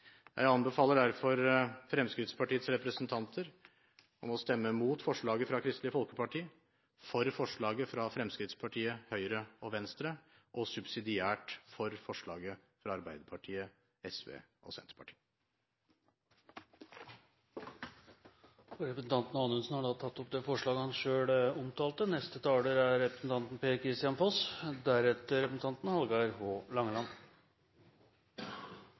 Jeg anbefaler derfor Fremskrittspartiets representanter å stemme mot forslaget fra Kristelig Folkeparti, for forslaget fra Fremskrittspartiet, Høyre og Venstre og subsidiært for forslaget fra Arbeiderpartiet, SV og Senterpartiet. Representanten Anundsen har tatt opp det forslaget han